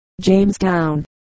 Jamestown